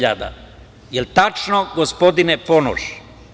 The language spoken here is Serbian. Jel tačno, gospodine Ponoš?